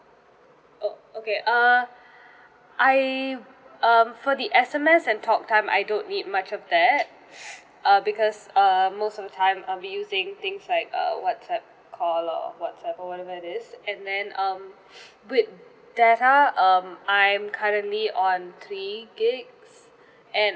oh okay err I um for the S_M_S and talk time I don't need much of that uh because err most of the time I'll be using things like uh whatsapp call or whatsoever whatever it is and then um with data um I'm currently on three gigs and